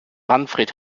manfred